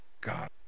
god